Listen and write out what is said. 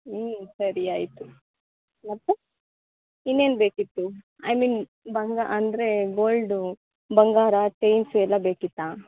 ಹ್ಞೂ ಸರಿ ಆಯಿತು ಮತ್ತು ಇನ್ನೇನು ಬೇಕಿತ್ತು ಐ ಮೀನ್ ಬಂಗಾ ಅಂದರೆ ಗೋಲ್ಡು ಬಂಗಾರ ಚೈನ್ಸು ಎಲ್ಲ ಬೇಕಿತ್ತಾ